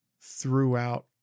throughout